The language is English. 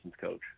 Coach